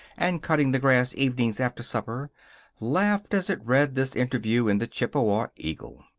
and cutting the grass evenings after supper laughed as it read this interview in the chippewa eagle.